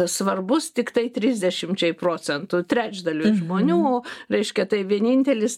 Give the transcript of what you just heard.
svarbus tiktai trisdešimčiai procentų trečdaliui žmonių reiškia tai vienintelis